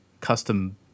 custom